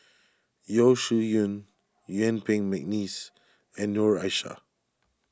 Yeo Shih Yun Yuen Peng McNeice and Noor Aishah